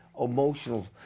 emotional